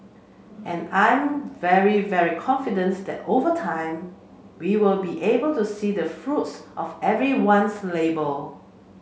and I'm very very confidence that over time we will be able to see the fruits of everyone's labour